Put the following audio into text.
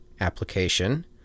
application